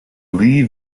lea